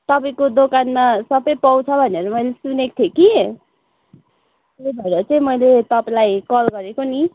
तपाईँको दोकानमा सबै पाउँछ भनेर मैले सुनेको थिएँ कि त्यही भएर चाहिँ मैले तपाईँलाई कल गरेको नि